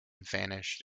vanished